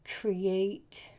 create